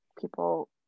people